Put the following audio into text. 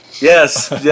Yes